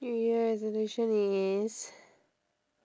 new year resolution is